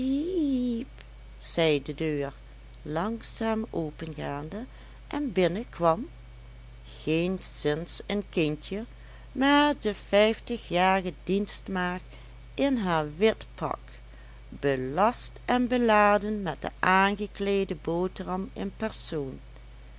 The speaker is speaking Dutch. zei de deur langzaam opengaande en binnenkwam geenszins een kindje maar de vijftigjarige dienstmaagd in haar wit pak belast en beladen met de aangekleede boterham in persoon